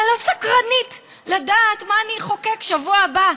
אבל אני לא סקרנית לדעת מה אני אחוקק בשבוע הבא.